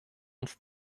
uns